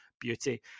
beauty